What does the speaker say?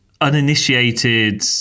uninitiated